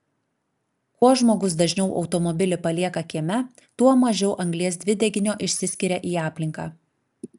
kuo žmogus dažniau automobilį palieka kieme tuo mažiau anglies dvideginio išsiskiria į aplinką